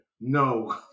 no